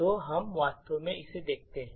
तो हम वास्तव में इसे देखते हैं